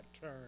turn